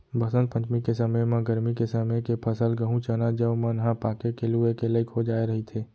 बसंत पंचमी के समे म गरमी के समे के फसल गहूँ, चना, जौ मन ह पाके के लूए के लइक हो जाए रहिथे